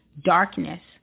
darkness